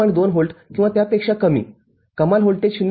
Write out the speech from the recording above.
२ volt किंवा त्यापेक्षा कमी कमाल व्होल्टेज 0